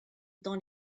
dans